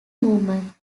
movement